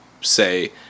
say